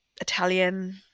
Italian